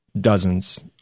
dozens